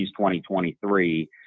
2023